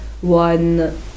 one